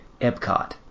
Epcot